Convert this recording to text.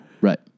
Right